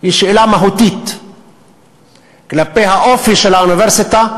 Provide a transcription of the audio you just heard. היא שאלה מהותית כלפי האופי של האוניברסיטה,